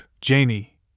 Janie